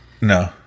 No